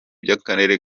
by’akarere